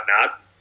whatnot